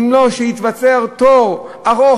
או שייווצר תור ארוך,